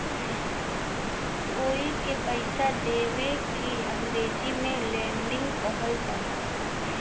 कोई के पइसा देवे के अंग्रेजी में लेंडिग कहल जाला